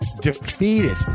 defeated